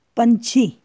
ਪੰਛੀ